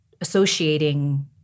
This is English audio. associating